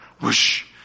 Whoosh